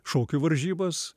šokių varžybas